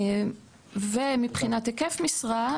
מבחינת היקף משרה,